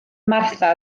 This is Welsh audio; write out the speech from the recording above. martha